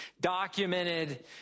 documented